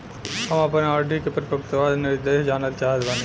हम आपन आर.डी के परिपक्वता निर्देश जानल चाहत बानी